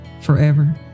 forever